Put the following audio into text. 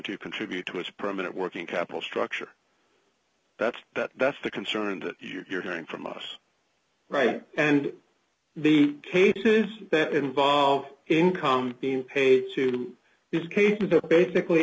to contribute to his permanent working capital structure that's that's the concern that you're hearing from us right and the cases that involve income being paid to these cases are basically